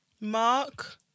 Mark